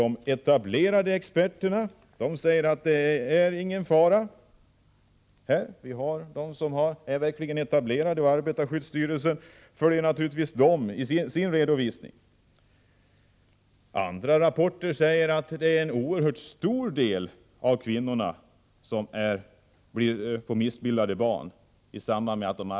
De etablerade experterna säger att det inte är någon fara, och arbetarskyddsstyrelsen hänvisar naturligtvis till dem i sin redovisning på området. Andra rapporter säger att en oerhört stor del av kvinnorna som arbetar vid bildskärm får missbildade barn. Vad kommer nu att hända?